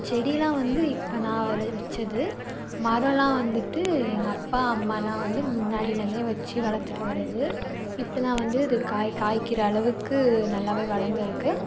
செடிலாம் வந்து இப்போ நான் வச்சது மரமெலாம் வந்துட்டு எங்கள் அப்பா அம்மாலாம் வந்து முன்னாடிலேருந்தே வச்சு வளர்த்துட்டு வரது இப்போலாம் வந்து அது காய் காய்க்கிற அளவுக்கு நல்லாவே வளர்ந்திருக்கு